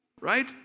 right